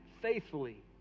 faithfully